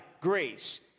grace